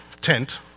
tent